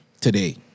Today